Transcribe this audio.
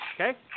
Okay